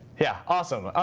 yeah, awesome.